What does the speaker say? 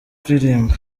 kuririmba